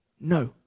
No